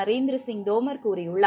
நரேந்திரசிங் தோமர் கூறியுள்ளார்